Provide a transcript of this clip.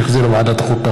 שהחזירה ועדת החוקה,